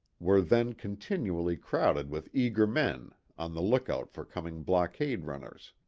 were then continually crowded with eager men on the lookout for coming blockade runners.